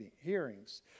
hearings